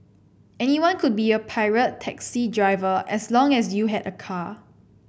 anyone could be a pirate taxi driver as long as you had a car